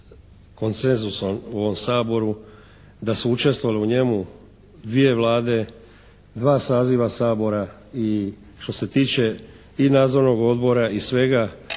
da su učestvovali u njemu dvije Vlade, dva saziva Sabora i što se tiče i nadzornog odbora i svega